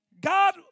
God